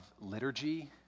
liturgy